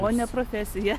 pone profesija